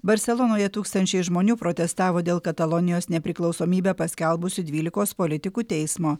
barselonoje tūkstančiai žmonių protestavo dėl katalonijos nepriklausomybę paskelbusių dvylikos politikų teismo